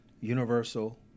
universal